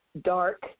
dark